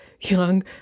young